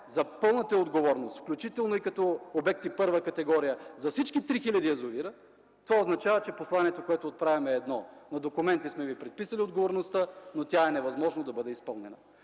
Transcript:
за пълната й отговорност, включително и като обекти първа категория за всички 3000 язовира, това означава, че посланието, което отправяме, е едно: На документи сме Ви предписали отговорността, но е невъзможно тя да бъде изпълнена.